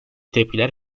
tepkiler